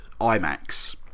IMAX